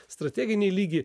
strateginį lygį